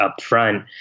upfront